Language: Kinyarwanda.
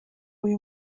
uyu